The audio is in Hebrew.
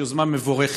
שהיא יוזמה מבורכת.